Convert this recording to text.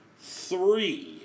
three